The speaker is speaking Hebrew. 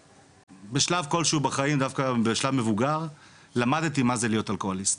בשלב מסוים בחיים דווקא בשלב מבוגר למדתי מה זה להיות אלכוהוליסט,